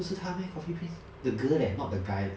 不是她 meh coffee prince the girl leh not the guy leh